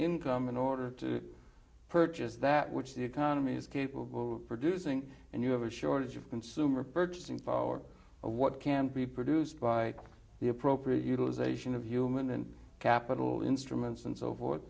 income in order to purchase that which the economy is capable of producing and you have a shortage of consumer purchasing for what can be produced by the appropriate utilization of human capital instruments and so forth